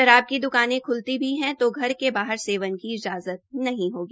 शराब को द्काने खूलती है तो घर के बाहर सेवन की इजाजत नहीं होगी